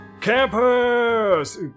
campers